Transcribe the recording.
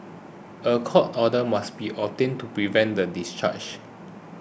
a court order must be obtained to prevent the discharge